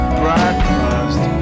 breakfast